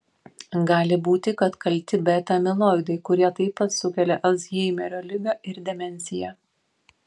gali būti kad kalti beta amiloidai kurie taip pat sukelia alzheimerio ligą ir demenciją